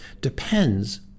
depends